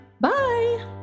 Bye